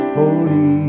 holy